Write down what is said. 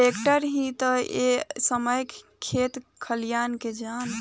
tractor ही ता ए समय खेत खलियान के जान ह